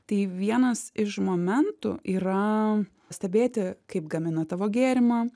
tai vienas iš momentų yra stebėti kaip gamina tavo gėrimą